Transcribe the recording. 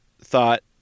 thought